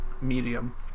medium